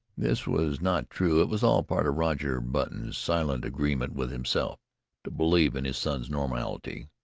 this was not true-it was all part of roger button's silent agreement with himself to believe in his son's normality.